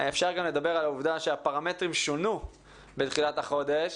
אפשר גם לדבר על העובדה שהפרמטרים שונו בתחילת החודש,